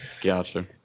gotcha